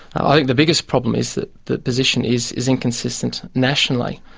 i think the biggest problem is that the position is is inconsistent nationally.